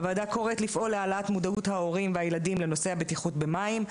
הוועדה קוראת לפעול להעלאת מודעות ההורים והילדים לנושא הבטיחות במים.